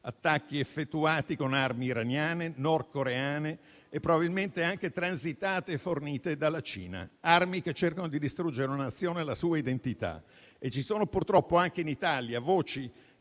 attacchi effettuati con armi iraniane, nordcoreane e probabilmente anche transitate e fornite dalla Cina, armi che cercano di distruggere una Nazione e la sua identità. Ci sono purtroppo anche in Italia voci